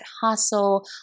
hustle